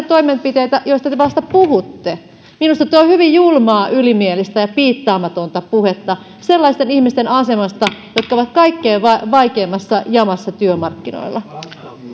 toimenpiteitä joista te vasta puhutte minusta tuo on hyvin julmaa ylimielistä ja piittaamatonta puhetta sellaisten ihmisten asemasta jotka ovat kaikkein vaikeimmassa jamassa työmarkkinoilla